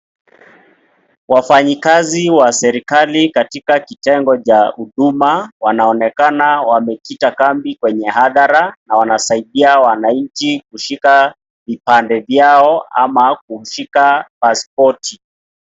Wafanyi kazi katika kitengo cha huduma wanaonekana wamekita kambi kwenye hadhara na wanasaidia wananchi kushika vipande viao ama kushika pasipoti.